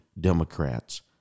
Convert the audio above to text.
Democrats